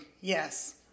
yes